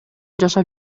жашап